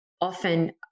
often –